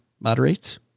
moderates